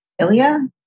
Ilya